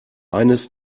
eines